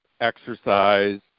exercise